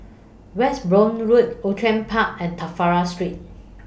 Westbourne Road Outram Park and Trafalgar Street